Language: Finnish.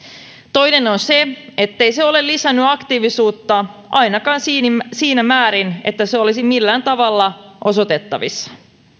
toinen on se ettei se ole lisännyt aktiivisuutta ainakaan siinä määrin että se olisi millään tavalla osoitettavissa